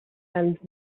and